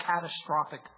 catastrophic